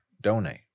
Donate